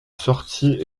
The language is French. sortie